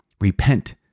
Repent